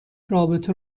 رابطه